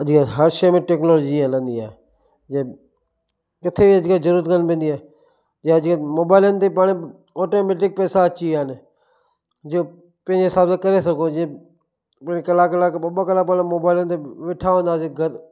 जीअं हर शइ में टेक्नोलॉजी हलंदी आहे जीअं किथे अॼुकल्ह ज़रूरत कोन पवंदी आहे जे जीअं मोबाइलनि ते पाण ऑटोमेटिक पैसा अची विया आहिनि जीअं पंहिंजे हिसाब सां करे सघूं जीअं कलाक कलाक ॿ ॿ कलाक पाण मोबाइलुनि ते वेठा हुंदासीं गॾु